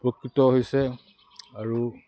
উপকৃত হৈছে আৰু